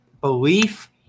belief